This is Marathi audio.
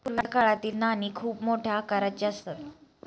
पूर्वीच्या काळातील नाणी खूप मोठ्या आकाराची असत